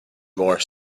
more